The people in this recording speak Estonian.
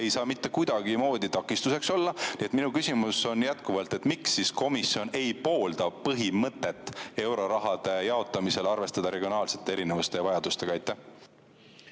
ei saa mitte kuidagimoodi takistuseks olla. Nii et minu küsimus on jätkuvalt: miks komisjon ei poolda põhimõtet eurorahade jaotamisel arvestada regionaalsete erinevuste ja vajadustega?